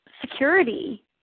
security